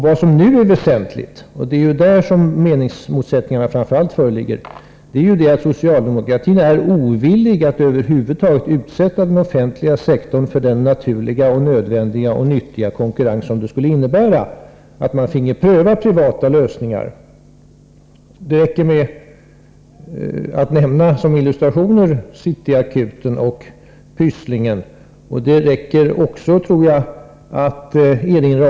Vad som nu är väsentligt — det är i detta avseende som meningsmotsättningarna framför allt föreligger — är att socialdemokratin är ovillig att över huvud taget utsätta den offentliga sektorn för den naturliga, nödvändiga och nyttiga konkurrens som det skulle innebära att man fick pröva privata lösningar. Såsom illustration räcker det med att nämna CityAkuten och Pysslingen.